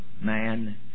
man